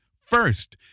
first